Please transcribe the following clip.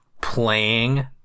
playing